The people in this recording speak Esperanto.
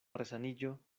resaniĝo